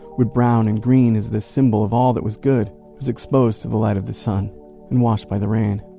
when brown and green as the symbol of all that was good was exposed to the light of the sun and washed by the rain